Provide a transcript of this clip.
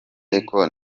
ariko